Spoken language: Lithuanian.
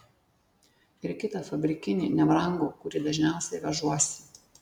ir kitą fabrikinį nebrangų kurį dažniausiai vežuosi